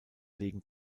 legen